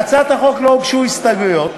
להצעת החוק לא הוגשו הסתייגויות,